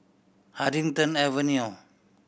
Huddington Avenue